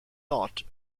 not